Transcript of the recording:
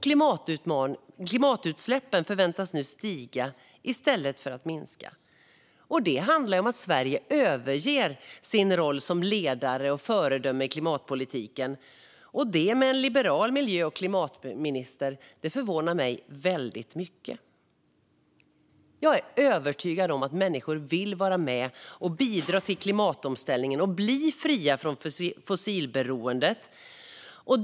Klimatutsläppen förväntas nu stiga i stället för att minska, och Sverige överger därmed sin roll som ledare och föredöme i klimatpolitiken - och det med en liberal miljö och klimatminister! Det förvånar mig väldigt mycket. Jag är övertygad om att människor vill vara med och bidra till klimatomställningen och bli fria från fossilberoendet.